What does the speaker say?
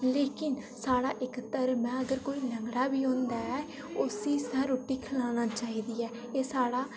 लेकिन साढ़ा इक धर्म ऐ अगर कोई लंगड़ा बी होंदा ऐ उसी असें रुट्टी खलाना चाहिदी ऐ एह् साढ़ा